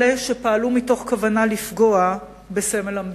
אלה שפעלו מתוך כוונה לפגוע בסמל המדינה,